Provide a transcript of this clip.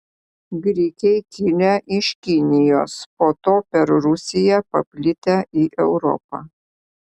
grikiai kilę iš kinijos po to per rusiją paplitę į europą